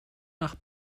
nach